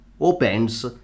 opens